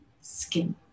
skin